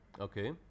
Okay